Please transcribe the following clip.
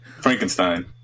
Frankenstein